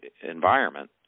environment